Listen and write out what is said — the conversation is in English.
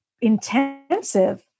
intensive